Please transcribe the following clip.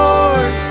Lord